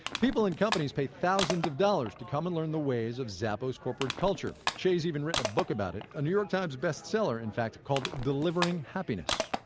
people and companies pay thousands of dollars to come and learn the ways of zappos corporate culture. hsieh's even written a book about it a new york times best-seller and called delivering happiness.